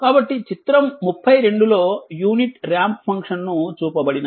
కాబట్టి చిత్రం 32 లో యూనిట్ రాంప్ ఫంక్షన్ను చూపబడినది